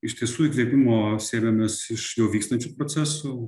iš tiesų įkvėpimo sėmėmės iš jau vykstančių procesų